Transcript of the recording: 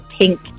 pink